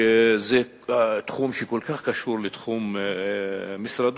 שזה תחום שכל כך קשור לתחום משרדו,